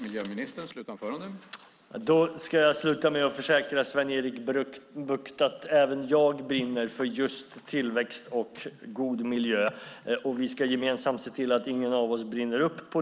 Herr talman! Jag ska sluta med att försäkra Sven-Erik Bucht att även jag brinner för just tillväxt och god miljö. Vi ska gemensamt se till att ingen av oss brinner upp.